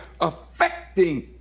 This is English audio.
affecting